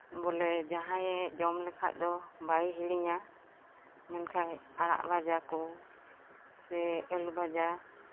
ᱵᱚᱞᱮ ᱡᱟᱦᱟᱸᱭᱮ ᱡᱚᱢ ᱞᱮᱠᱷᱟᱱ ᱫᱚ ᱵᱟᱭ ᱦᱤᱲᱤᱧᱟ ᱢᱮᱱᱠᱷᱟᱱ ᱟᱲᱟᱜ ᱵᱷᱟᱡᱟ ᱠᱚ ᱥᱮ ᱟᱞᱩ ᱵᱷᱟᱡᱟ